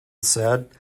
said